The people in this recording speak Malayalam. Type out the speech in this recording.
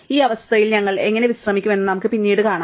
ഈ അവസ്ഥയിൽ ഞങ്ങൾ എങ്ങനെ വിശ്രമിക്കും എന്ന് നമുക്ക് പിന്നീട് കാണാം